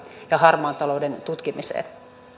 ja harmaan talouden tutkimiseen